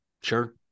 Sure